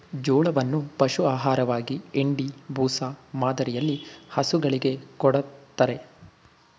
ಜೋಳವನ್ನು ಪಶು ಆಹಾರವಾಗಿ ಇಂಡಿ, ಬೂಸ ಮಾದರಿಯಲ್ಲಿ ಹಸುಗಳಿಗೆ ಕೊಡತ್ತರೆ